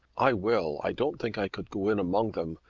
i will. i don't think i could go in among them.